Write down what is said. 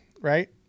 right